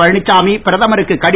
பழனிச்சாமி பிரதமருக்கு கடி